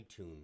iTunes